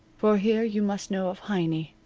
for here you must know of heiny.